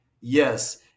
Yes